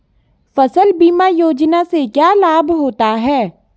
फसल बीमा योजना से क्या लाभ होता है?